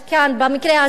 במקרה הזה?